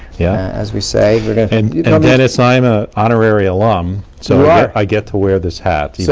yeah as we say, we're gonna and you know dennis, i'm a honorary alum, so i get to wear this hat,